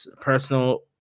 personal